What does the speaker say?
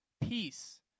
peace